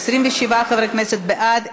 27 חברי כנסת בעד,